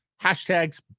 hashtags